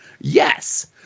Yes